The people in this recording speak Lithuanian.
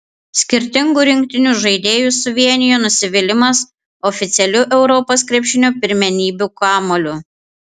skirtingų rinktinių žaidėjus suvienijo nusivylimas oficialiu europos krepšinio pirmenybių kamuoliu